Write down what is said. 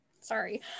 sorry